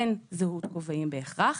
אין זהות כובעים בהכרח,